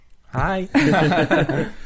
hi